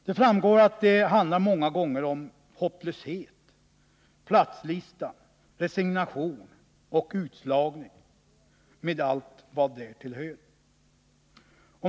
Det framgår att det många gånger handlar om hopplöshet inför platslistan, resignation och utslagning med allt vad därtill hör.